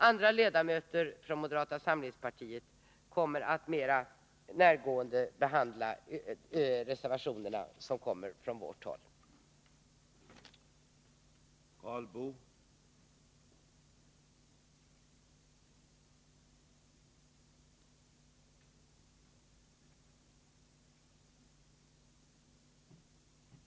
Andra ledamöter från moderata samlingspartiet kommer att mer ingående behandla de reservationer som framlagts från moderat håll, och jag vill med detta endast yrka bifall till samtliga moderata reservationer.